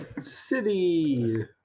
City